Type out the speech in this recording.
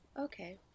Okay